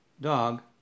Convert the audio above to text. dog